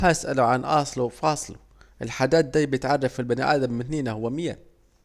هسأله عن أصله وفاصله، الحاجات دي بتعرف البني آدم منينا هو مين